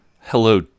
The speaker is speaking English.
Hello